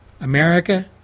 America